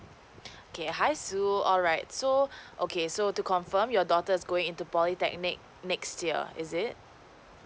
okay hi su alright so okay so to confirm your daughter is going into polytechnic next year is it